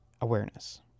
Awareness